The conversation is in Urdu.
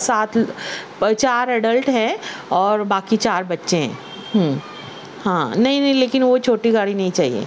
سات چار اڈلٹ ہیں اور باقی چار بچے ہیں ہوں ہاں نہیں نہیں لیکن وہ چھوٹی گاڑی نہیں چاہئے